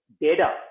data